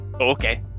Okay